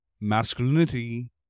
masculinity